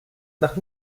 nach